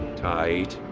tight.